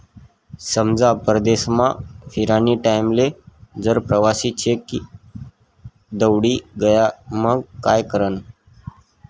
समजा परदेसमा फिरानी टाईमले जर प्रवासी चेक दवडी गया मंग काय करानं?